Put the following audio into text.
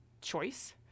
choice